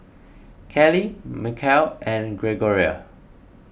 Callie Mikel and Gregoria